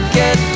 get